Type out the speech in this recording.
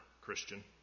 Christian